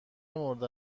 مورد